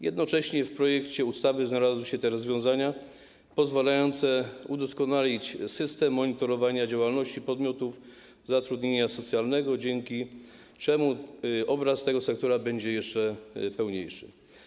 Jednocześnie w projekcie ustawy znalazły się rozwiązania pozwalające udoskonalić system monitorowania działalności podmiotów zatrudnienia socjalnego, dzięki czemu obraz tego sektora będzie jeszcze pełniejszy.